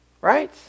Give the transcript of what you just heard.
Right